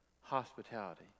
hospitality